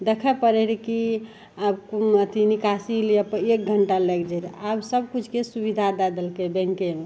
देखै पड़ै रहै कि आब कु अथी निकासी लिए एक घण्टा लागि जाइ रहै आब सबकिछुके सुविधा दै देलकै बैँकेमे